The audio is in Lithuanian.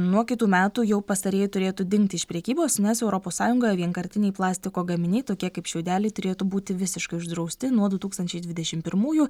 nuo kitų metų jau pastarieji turėtų dingti iš prekybos nes europos sąjungoje vienkartiniai plastiko gaminiai tokie kaip šiaudeliai turėtų būti visiškai uždrausti nuo du tūkstančiai dvidešimt pirmųjų